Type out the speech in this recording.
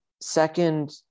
Second